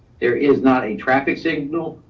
there is not a traffic signal.